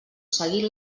seguint